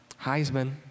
Heisman